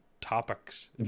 topics